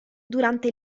durante